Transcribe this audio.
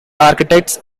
architects